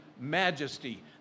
majesty